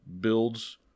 builds